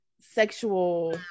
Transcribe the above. sexual